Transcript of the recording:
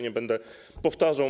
Nie będę powtarzał.